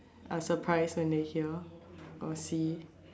are surprise when they hear or see